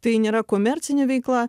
tai nėra komercinė veikla